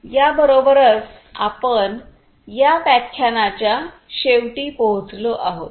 याबरोबरच आपण या व्याख्यानाच्या शेवटी पोहोचलो आहोत